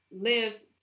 live